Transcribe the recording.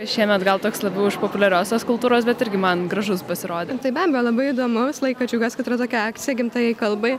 šiemet gal teks labiau už populiariosios kultūros bet irgi man gražus pasirodė tai bent labai įdomu visą laiką džiaugiuosi kad yra tokia akcija gimtajai kalbai